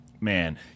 man